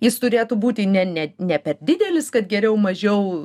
jis turėtų būti ne ne ne per didelis kad geriau mažiau